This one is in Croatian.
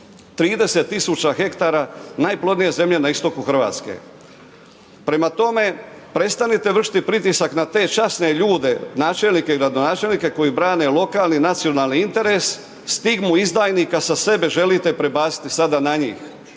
tisuća hektara najplodnije zemlje na istoku Hrvatske. Prema tome, prestanite vršiti pritisak na te časne ljude, načelnike i gradonačelnike, koji brane lokalni i nacionalni interes, stigmu izdajnika sa sebe želite prebaciti sada na njih